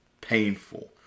painful